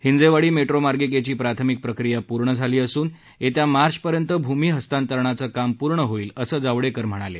Hinjewadi metro मार्गिकेची प्राथमिक प्रक्रिया पूर्ण झाली असून येत्या मार्च पर्यत भूमीहस्तांतरणाचं काम पूर्ण होईल असं जावडेकर यांनी यावेळी सांगितलं